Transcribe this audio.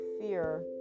fear